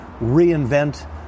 reinvent